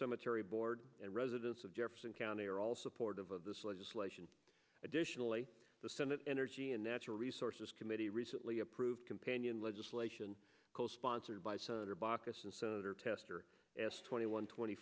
cemetery board and residents of jefferson county are all supportive of this legislation additionally the senate energy and natural resources committee recently approved companion legislation co sponsored by senator baucus and senator tester twenty one twenty